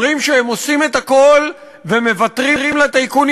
אומרים שהם עושים את הכול ומוותרים לטייקונים